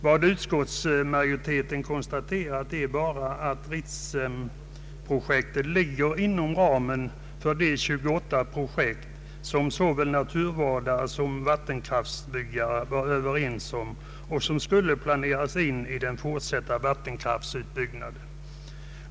Vad utskottsmajoriteten konstaterat är bara att Ritsemprojektet ligger inom ramen för de 28 projekt som naturvårdare och vattenkraftsbyggare var överens om skulle kunna planeras in i den fortsatta vattenkraftsutbyggnaden.